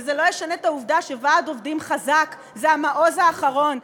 וזה לא ישנה את העובדה שוועד עובדים חזק זה המעוז האחרון,